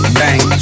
bang